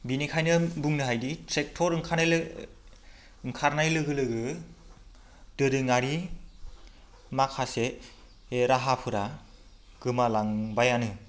बेनिखायनो बुंनो हायोदि ट्रेक्ट'र ओंखारनाय लोगो लोगो दोरोंआरि माखासे राहाफोरा गोमालांबायानो